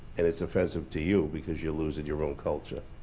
and it's offensive to you because you're losing your own culture.